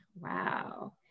Wow